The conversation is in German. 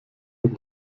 denn